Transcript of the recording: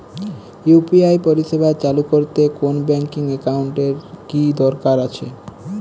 UPI পরিষেবা চালু করতে কোন ব্যকিং একাউন্ট এর কি দরকার আছে?